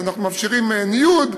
אז אנחנו מאפשרים ניוד,